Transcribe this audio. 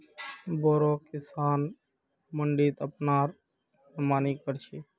बोरो किसान मंडीत अपनार मनमानी कर छेक